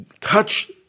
touch